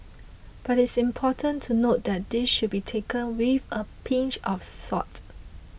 but it's important to note that this should be taken with a pinch of salt